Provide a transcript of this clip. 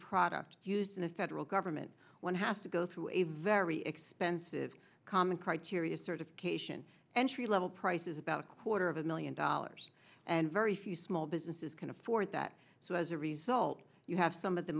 product used in the federal government one has to go through a very expensive common criteria certification entry level price is about a quarter of a million dollars and very few small businesses can afford that so as a result you have some of the